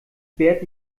bert